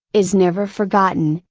is never forgotten,